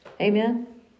Amen